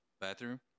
bathroom